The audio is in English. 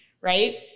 right